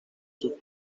sus